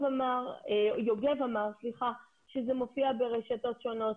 כבר יוגב אמר שזה מופיע ברשתות שונות.